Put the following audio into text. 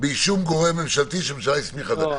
באישור גורם ממשלתי שהממשלה הסמיכה לכך".